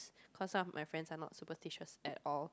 cause some of my friends are not superstitious at all